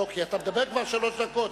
כי אתה מדבר כבר שלוש דקות,